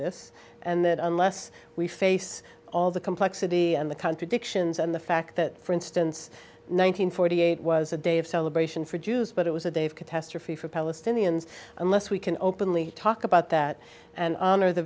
this and that unless we face all the complexity and the contradictions and the fact that for instance nine hundred forty eight was a day of celebration for jews but it was a day of catastrophe for palestinians unless we can openly talk about that and honor the